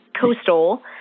coastal